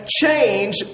change